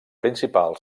principal